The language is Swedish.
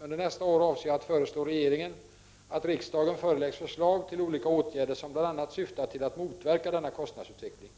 Under nästa år avser jag att föreslå regeringen att riksdagen föreläggs förslag till olika åtgärder som bl.a. syftar till att motverka denna kostnadsutveckling.